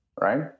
right